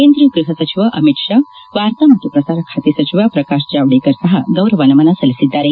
ಕೇಂದ್ರ ಗೃಹ ಸಚಿವ ಅಮಿತ್ ಶಾ ವಾರ್ತಾ ಮತ್ತು ಪ್ರಸಾರ ಖಾತೆ ಸಚಿವ ಪ್ರಕಾಶ್ ಜಾವಡೇಕರ್ ಸಹ ಗೌರವ ನಮನ ಸಲ್ಲಿಸಿದ್ದಾರೆ